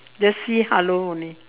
just say hello only